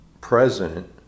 present